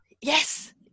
Yes